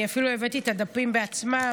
אפילו הבאתי את הדפים עצמם,